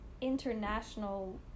international